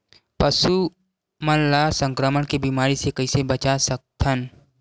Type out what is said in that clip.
पशु मन ला संक्रमण के बीमारी से कइसे बचा सकथन?